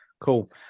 cool